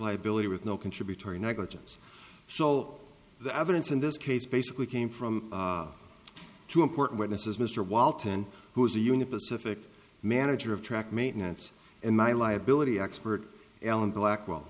liability with no contributory negligence so the evidence in this case basically came from two important witnesses mr walton who is a unit pacific manager of track maintenance and my liability expert allan blackwell